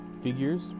figures